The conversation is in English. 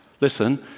Listen